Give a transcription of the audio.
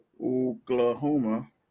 Oklahoma